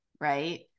right